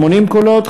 80 קולות,